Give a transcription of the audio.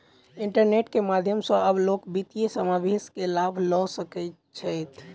internet के माध्यम सॅ आब लोक वित्तीय समावेश के लाभ लअ सकै छैथ